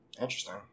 Interesting